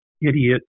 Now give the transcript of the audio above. idiot